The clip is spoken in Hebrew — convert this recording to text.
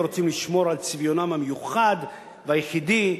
רוצות לשמור על צביונן המיוחד והייחודי,